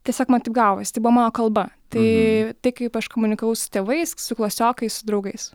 tiesiog man taip gavosi tai buvo mano kalba tai taip kaip aš komunikavau su tėvais su klasiokais su draugais